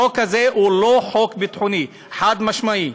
החוק הזה הוא לא חוק ביטחוני, חד-משמעית.